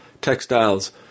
textiles